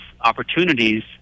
opportunities